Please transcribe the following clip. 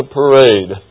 parade